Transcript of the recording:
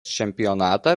čempionatą